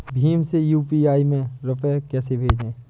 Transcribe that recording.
भीम से यू.पी.आई में रूपए कैसे भेजें?